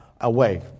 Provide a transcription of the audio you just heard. away